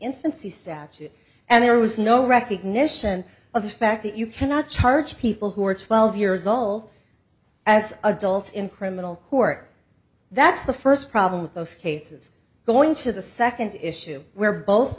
infancy statute and there was no recognition of the fact that you cannot charge people who are twelve years old as adults in criminal court that's the first problem with those cases going to the second issue where both